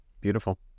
Beautiful